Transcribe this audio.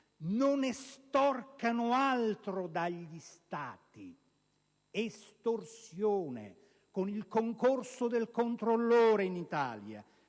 non estorcano altro dagli Stati. Estorsione con il concorso del controllore in Italia,